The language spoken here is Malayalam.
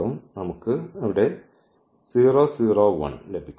അതിനാൽ നമുക്ക് അവിടെ 0 0 1 ലഭിക്കും